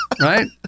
Right